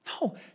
No